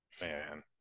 Man